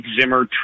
Zimmer